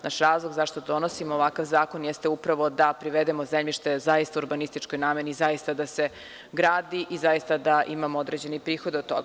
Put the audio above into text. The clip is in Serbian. Naš razlog zašto donosimo ovakav zakon jeste upravo da privedemo zemljište zaista urbanističkoj nameni i da se zaista gradi i da imamo određenih prihoda od toga.